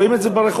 רואים את זה ברחוב,